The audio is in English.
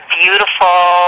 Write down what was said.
beautiful